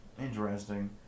Interesting